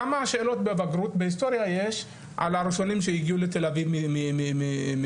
כמה שאלות בבגרות בהיסטוריה יש על הראשונים שהגיעו לתל-אביב מ-בכלל,